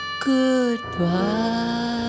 Goodbye